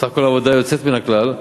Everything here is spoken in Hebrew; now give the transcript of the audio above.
בסך הכול עבודה יוצאת מן הכלל,